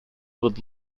would